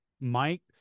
Mike